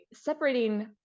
separating